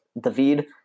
David